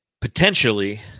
potentially